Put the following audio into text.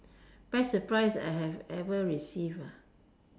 best surprise I have ever receive